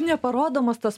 neparodomas tas